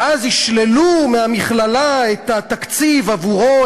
ואז ישללו מהמכללה את התקציב עבורו,